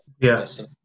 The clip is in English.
Yes